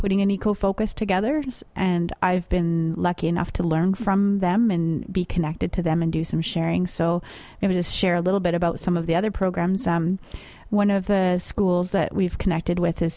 putting an equal focus together and i've been lucky enough to learn from them and be connected to them and do some sharing so it is share a little bit about some of the other programs one of the schools that we've connected with